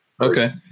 okay